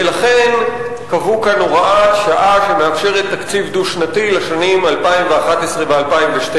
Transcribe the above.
ולכן קבעו כאן הוראת שעה שמאפשרת תקציב דו-שנתי לשנים 2011 ו-2012.